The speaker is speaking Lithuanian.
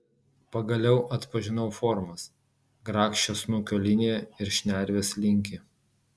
pagaliau atpažinau formas grakščią snukio liniją ir šnervės linkį